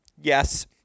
yes